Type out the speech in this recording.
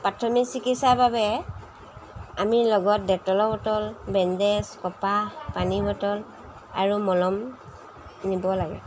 প্ৰাথমিক চিকিৎসাৰ বাবে আমি লগত ডেটলৰ বটল বেণ্ডেজ কপাহ পানীৰ বটল আৰু মলম নিব লাগে